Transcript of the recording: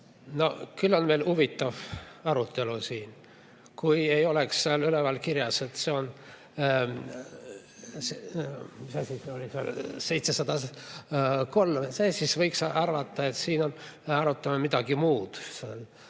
No küll on meil huvitav arutelu siin. Kui ei oleks seal üleval kirjas, et see on 703, siis võiks arvata, et me arutame midagi muud,